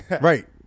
right